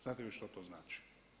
Znate vi što to znači?